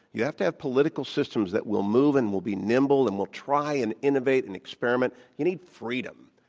you have to have political systems that will move, and will be nimble and will try and innovate and experiment. you need freedom.